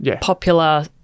popular